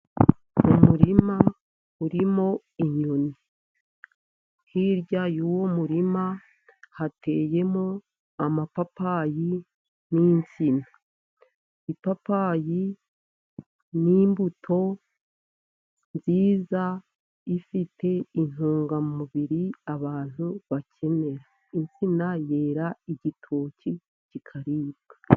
Umurima urimo inyoni. Hirya y'uwo muririma hateyemo amapapayi n'insina. Ipapayi ni imbuto nziza ifite intungamubiri abantu bakenera. Insina yera igitoki kikaribwa.